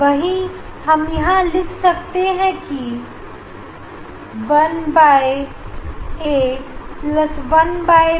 वही हम यहां लिख सकते हैं कि one by A plus one by A